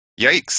Yikes